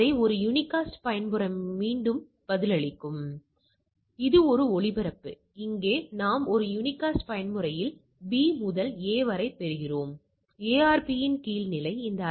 28 புள்ளியை ஆம் நாம் எடுக்கிறோம் என வைத்துக்கொள்வோம் நாம் மற்றொன்றை எடுப்பதாக வைத்துக்கொள்வோம் என்று வைத்துக்கொள்வோம் அதாவது நாம் இருமுனை 95 க்கு பதிலாக ஒருமுனை சோதனையை எடுகிறோம் அது இங்கே 26